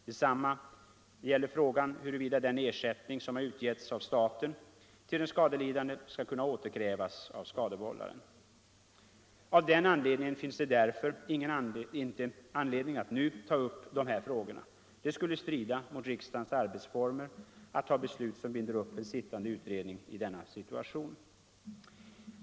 Detsamma gäller frågan huruvida den ersättning som har utgetts av staten till den skadelidande skall kunna återkrävas från skadevållaren. Av denna anledning finns det därför inte anledning att nu ta upp dessa frågor. Det skulle strida mot riksdagens arbetsformer att fatta beslut som binder upp en sittande utredning i denna situation.